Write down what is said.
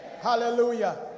Hallelujah